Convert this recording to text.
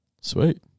Sweet